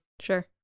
Sure